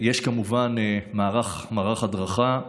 יש כמובן מערך הדרכה.